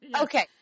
Okay